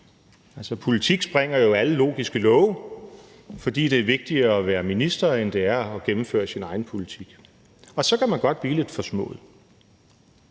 politik sprænger jo alle logiske love, fordi det er vigtigere at være minister, end det er at gennemføre sin egen politik. Og så kan man godt blive lidt forsmået.